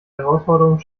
herausforderung